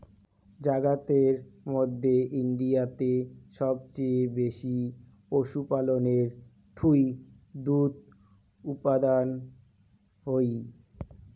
জাগাতের মধ্যে ইন্ডিয়াতে সবচেয়ে বেশি পশুপালনের থুই দুধ উপাদান হই